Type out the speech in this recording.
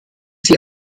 sie